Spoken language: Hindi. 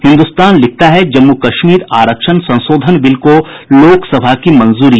हिन्दुस्तान लिखता है जम्मू कश्मीर आरक्षण संशोधन बिल को लोकसभा की मंजूरी